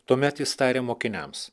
tuomet jis tarė mokiniams